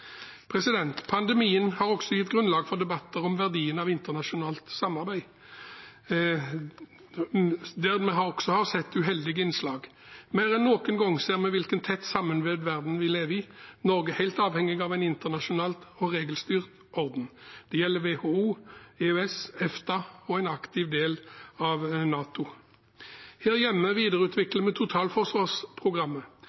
Pandemien har også gitt grunnlag for debatter om verdien av internasjonalt samarbeid, der vi også har sett uheldige innslag. Mer enn noen gang ser vi hvilken tett sammenvevd verden vi lever i. Norge er helt avhengig av en internasjonal og regelstyrt orden. Det gjelder WHO, EØS, EFTA og en aktiv del av NATO. Her hjemme